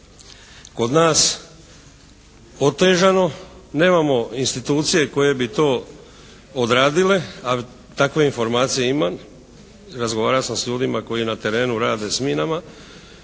kod nas otežano. Nemamo institucije koje bi to odradile, a takve informacije imam. Razgovarao sam s ljudima koji na terenu rade s minama